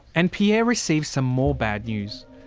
and pierre receives some more bad news.